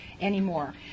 anymore